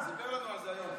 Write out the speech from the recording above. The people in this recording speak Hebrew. הוא סיפר לנו על זה היום.